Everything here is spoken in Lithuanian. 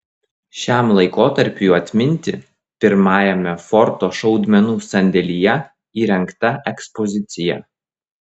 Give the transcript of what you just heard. šiam laikotarpiui atminti pirmajame forto šaudmenų sandėlyje įrengta ekspozicija